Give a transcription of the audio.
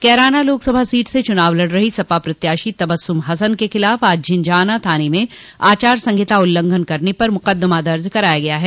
Kairana Lok Sabha seat से चुनाव लड़ रही सपा प्रत्याशी तबस्सुम हसन के खिलाफ आज झिंझाना थाने में आचार संहिता का उल्लंघन करने पर मुकदमा दर्ज कराया गया है